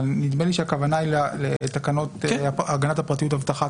אבל נדמה לי שהכוונה היא לתקנות הגנת הפרטיות (אבטחת